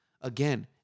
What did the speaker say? Again